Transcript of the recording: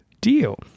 deal